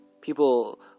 People